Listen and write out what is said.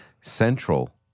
central